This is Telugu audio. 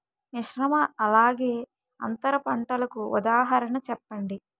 మిశ్రమ అలానే అంతర పంటలకు ఉదాహరణ చెప్పండి?